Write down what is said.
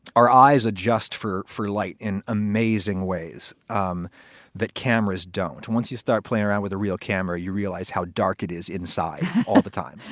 our eyes adjust for for light in amazing ways. um that cameras don't. once you start play around with a real camera, you realize how dark it is inside all the time.